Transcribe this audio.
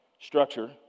structure